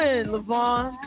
Levon